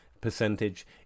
percentage